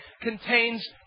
contains